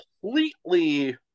completely